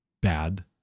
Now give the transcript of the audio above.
bad